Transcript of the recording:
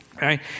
right